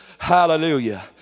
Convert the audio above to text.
hallelujah